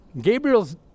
Gabriel's